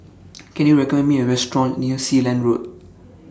Can YOU recommend Me A Restaurant near Sealand Road